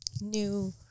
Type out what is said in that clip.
new